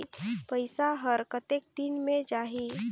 पइसा हर कतेक दिन मे जाही?